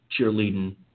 cheerleading